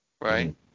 right